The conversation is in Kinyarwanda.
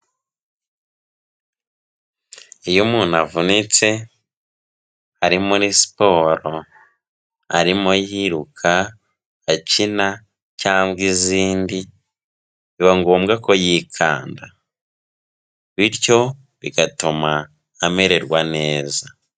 Iyo umuntu avunitse ari muri siporo arimo yiruka, akina cyangwa izindi biba ngombwa ko yikanda, bityo bigatuma amererwa neza.